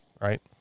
right